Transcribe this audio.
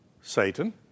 Satan